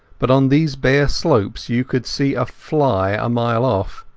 but on these bare slopes you could see a fly a mile off.